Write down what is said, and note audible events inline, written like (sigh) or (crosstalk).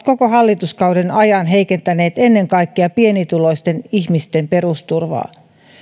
(unintelligible) koko hallituskauden ajan heikentäneet ennen kaikkea pienituloisten ihmisten perusturvaa